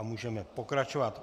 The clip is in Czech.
Můžeme pokračovat.